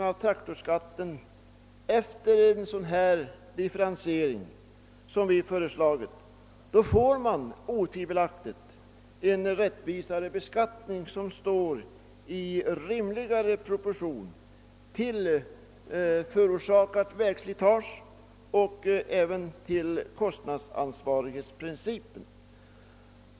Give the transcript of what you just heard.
Om man gör en sådan differentiering av traktorskatten, får man otvivelaktigt en rättvisare beskattning som står i rimlig proportion till förorsakat vägslitage och som bättre överensstämmer med kostnadsansvarighetsprincipen.